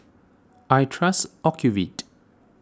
I trust Ocuvite